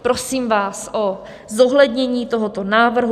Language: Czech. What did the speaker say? Prosím vás o zohlednění tohoto návrhu.